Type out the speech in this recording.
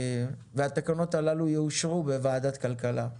התקנות הללו יאושרו בוועדת כלכלה.